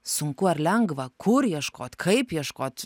sunku ar lengva kur ieškot kaip ieškot